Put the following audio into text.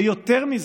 ויותר מזה,